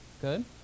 good